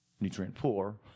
nutrient-poor